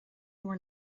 bhur